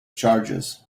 charges